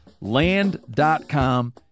Land.com